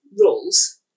roles